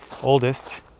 oldest